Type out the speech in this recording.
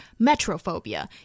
metrophobia